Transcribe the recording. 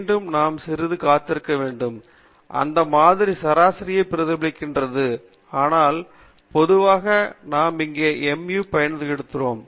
மீண்டும் நாம் சிறிது காத்திருக்க வேண்டும் அந்த மாதிரி சராசரியை பிரதிபலிக்கிறது ஆனால் பொதுவாக நாம் இங்கே mu பயன்படுத்துகிறோம்